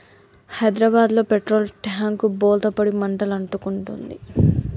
హైదరాబాదులో petrol tank బోల్తా పడి మంటలు అంటుకుంది